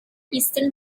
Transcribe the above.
eastern